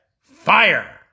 fire